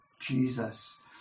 Jesus